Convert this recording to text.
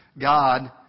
God